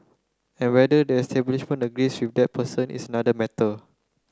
and whether the establishment agrees with that person is another matter